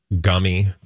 gummy